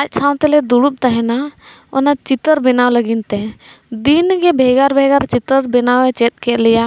ᱟᱡ ᱥᱟᱶ ᱛᱮᱞᱮ ᱫᱩᱲᱩᱵ ᱛᱟᱦᱮᱱᱟ ᱚᱱᱟ ᱪᱤᱛᱟᱹᱨ ᱵᱮᱱᱟᱣ ᱞᱟᱹᱜᱤᱫ ᱛᱮ ᱫᱤᱱ ᱜᱮ ᱵᱷᱮᱜᱟᱨ ᱵᱷᱮᱜᱟᱨ ᱪᱤᱛᱟᱹᱨ ᱵᱮᱱᱟᱣ ᱪᱮᱫ ᱠᱮᱜ ᱞᱮᱭᱟ